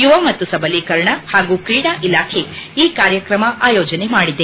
ಯುವ ಮತ್ತು ಸಬಲೀಕರಣ ಹಾಗೂ ಕ್ರೀಡಾ ಇಲಾಖೆ ಕಾರ್ಯಕ್ರಮ ಆಯೋಜನೆ ಮಾದಿದೆ